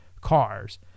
cars